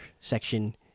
section